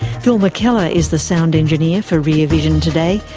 phil mckellar is the sound engineer for rear vision today.